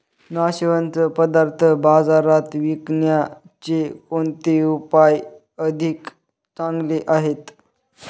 नाशवंत पदार्थ बाजारात विकण्याचे कोणते उपाय अधिक चांगले आहेत?